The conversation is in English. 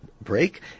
break